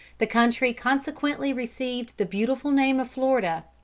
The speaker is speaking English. the country consequently received the beautiful name of florida.